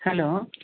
hello